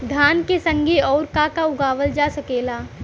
धान के संगे आऊर का का उगावल जा सकेला?